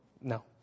No